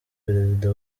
perezida